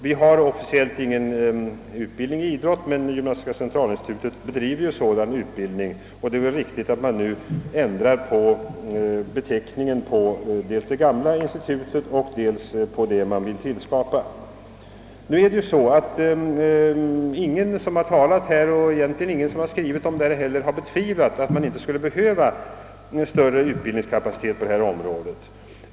Vi har officiellt ingen utbildningsanstalt för idrott, men gymnastiska centralinstitutet bedriver redan sådan utbildning, och det är väl riktigt att man nu inför en annan beteckning dels för det gamla institutet, dels för det man vill skapa. Ingen som talat om detta och egentligen inte heller någon som skrivit om det har betvivlat att det behövs större utbildningskapacitet på detta område.